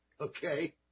Okay